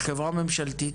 חברה ממשלתית,